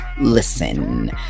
Listen